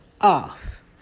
off